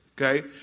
okay